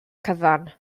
cyfan